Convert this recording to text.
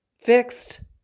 fixed